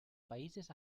países